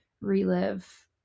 relive